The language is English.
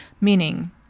Meaning